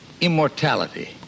immortality